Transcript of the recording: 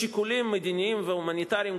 משיקולים מדיניים והומניטריים,